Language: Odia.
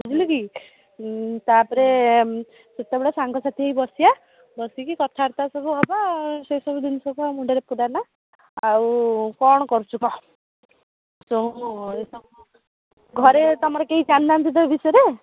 ବୁଝିଲୁ କି ତା'ପରେ ସେତେବେଳେ ସାଙ୍ଗସାଥି ହେଇ ବସିବା ବସିକି କଥାବାର୍ତ୍ତା ସବୁ ହେବ ସେ ସବୁ ଜିନିଷକୁ ଆଉ ମୁଣ୍ଡରେ ପୂରାନା ଆଉ କ'ଣ କରୁଛୁ କହ ଘରେ ତୁମର କେହି ଜାଣି ନାହାଁନ୍ତି ତ ଏ ବିଷୟରେ